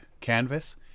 canvas